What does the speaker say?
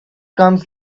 comes